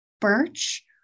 birch